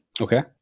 Okay